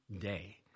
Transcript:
day